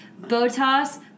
botas